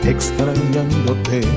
Extrañándote